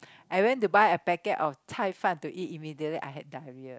I went to a packet of 菜饭 to eat immediately I had diarrhea